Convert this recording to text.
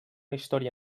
història